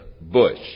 bush